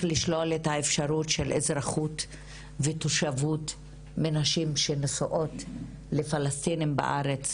לשלול אזרחות ותושבות של נשים שנשואות לפלסטינים בארץ,